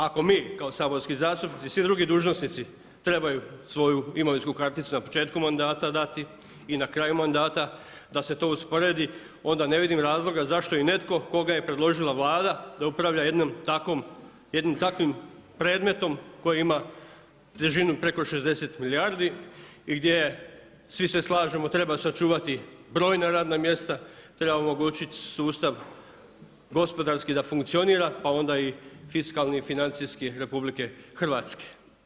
Ako mi kao saborski zastupnici i svi drugi dužnosnici trebaju svoju imovinsku karticu na početku mandata dati i na kraju mandata, da se to usporedi, onda ne vidim razloga zašto i netko koga je predložila Vlada da upravlja jednom takvom, jednim takvim predmetom koji ima težinu preko 60 milijardi i gdje je, svi se slažemo, treba sačuvati brojna radna mjesta, treba omogućiti sustav gospodarski da funkcionira, pa onda i fiskalni, financijski RH.